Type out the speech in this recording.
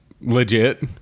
legit